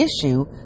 issue